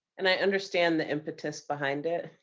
and i understand the impetus behind it,